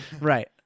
Right